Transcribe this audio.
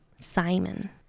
Simon